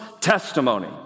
testimony